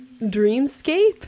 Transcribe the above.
dreamscape